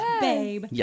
babe